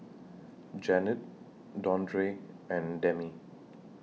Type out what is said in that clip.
Janet Dondre and Demi